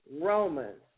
Romans